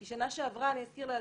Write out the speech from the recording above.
כי אני אזכיר לאדוני,